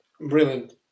Brilliant